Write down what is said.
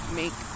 make